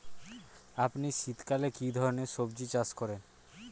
আপনি শীতকালে কী ধরনের সবজী চাষ করেন?